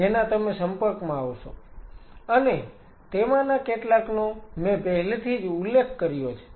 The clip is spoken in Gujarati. જેના તમે સંપર્કમાં આવશો અને તેમાંના કેટલાકનો મેં પહેલેથી જ ઉલ્લેખ કર્યો છે